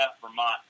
Vermont